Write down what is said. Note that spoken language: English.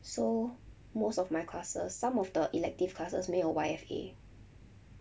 so most of my classes some of the elective classes 没有 Y_F_A